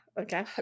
okay